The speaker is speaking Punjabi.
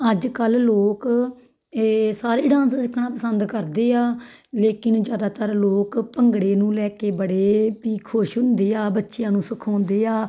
ਅੱਜ ਕੱਲ੍ਹ ਲੋਕ ਏ ਸਾਰੇ ਡਾਂਸ ਸਿੱਖਣਾ ਪਸੰਦ ਕਰਦੇ ਆ ਲੇਕਿਨ ਜ਼ਿਆਦਾਤਰ ਲੋਕ ਭੰਗੜੇ ਨੂੰ ਲੈ ਕੇ ਬੜੇ ਵੀ ਖੁਸ਼ ਹੁੰਦੇ ਆ ਬੱਚਿਆਂ ਨੂੰ ਸਿਖਾਉਂਦੇ ਆ